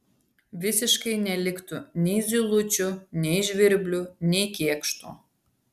visiškai neliktų nei zylučių nei žvirblių nei kėkštų